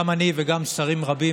גם אני וגם שרים רבים,